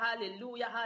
hallelujah